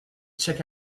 check